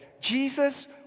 Jesus